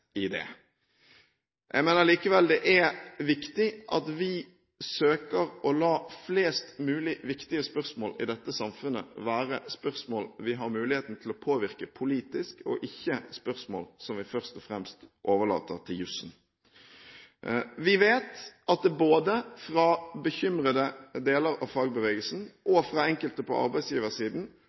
i det. Jeg mener likevel det er viktig at vi søker å la flest mulig viktige spørsmål i dette samfunnet være spørsmål vi har mulighet til å påvirke politisk, og ikke spørsmål som vi først og fremst overlater til jussen. Vi vet at det både fra bekymrede deler av fagbevegelsen og fra enkelte på arbeidsgiversiden